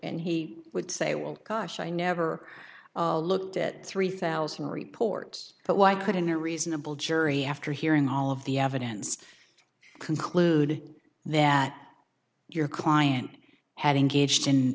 and he would say well caution i never looked at three thousand reports but why couldn't a reasonable jury after hearing all of the evidence conclude that your client had engaged